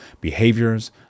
behaviors